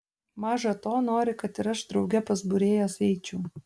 maža to nori kad ir aš drauge pas būrėjas eičiau